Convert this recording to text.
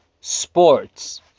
Sports